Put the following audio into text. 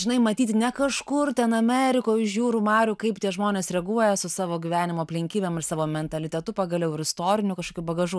žinai matyti ne kažkur ten amerikoj už jūrų marių kaip tie žmonės reaguoja su savo gyvenimo aplinkybėm savo mentalitetu pagaliau ir istoriniu kažkokiu bagažu